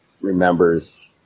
remembers